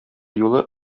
юлы